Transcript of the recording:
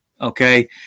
Okay